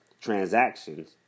transactions